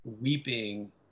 weeping